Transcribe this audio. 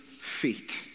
feet